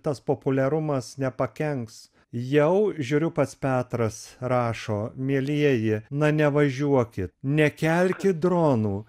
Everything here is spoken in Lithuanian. tas populiarumas nepakenks jau žiūriu pats petras rašo mielieji na nevažiuokit nekelkit dronų